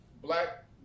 black